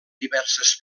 diverses